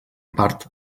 part